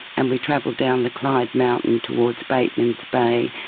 and we travelled down the clyde mountain towards batemans bay,